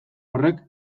horrek